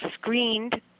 screened